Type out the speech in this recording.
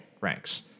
ranks